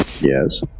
Yes